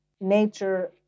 nature